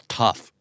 tough